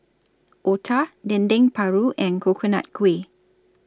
Otah Dendeng Paru and Coconut Kuih